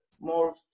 more